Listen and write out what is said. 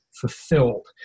fulfilled